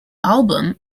album